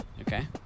Okay